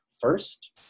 first